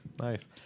Nice